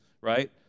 right